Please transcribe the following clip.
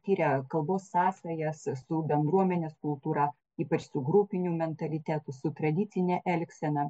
tiria kalbos sąsajas su bendruomenės kultūra ypač su grupiniu mentalitetu su tradicine elgsena